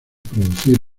producir